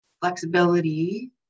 flexibility